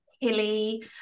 hilly